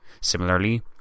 Similarly